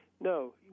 No